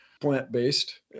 plant-based